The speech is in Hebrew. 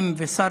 השר